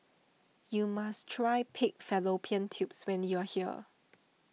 you must try Pig Fallopian Tubes when you are here